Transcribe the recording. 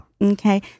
Okay